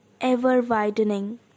ever-widening